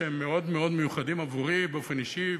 שהם מאוד מאוד מיוחדים עבורי באופן אישי,